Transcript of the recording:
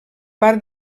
part